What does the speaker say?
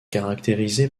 caractérisé